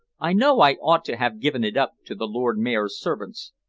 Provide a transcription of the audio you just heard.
i know i ought to have given it up to the lord mayor's servants,